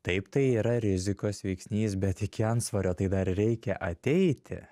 taip tai yra rizikos veiksnys bet iki antsvorio tai dar reikia ateiti